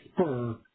spur